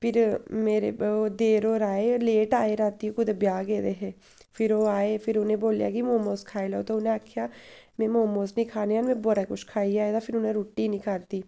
फिर मेरे देर होर आए लेट आए राती कुदै ब्याह् गेदे हे फिर ओह् आए फिर उ'नें गी बोल्लेआ कि मोमोस खाई लैओ ते उ'नें आखेआ में मोमोस निं खाने में बड़ा कुछ खाइयै आए दा ऐ फिर उ'नें रुट्टी हैन्नी खाद्धी